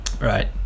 right